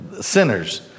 sinners